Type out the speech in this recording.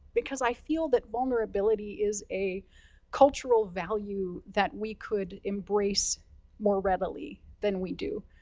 because i feel that vulnerability is a cultural value that we could embrace more readily than we do.